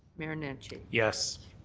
mayor nenshi. yes.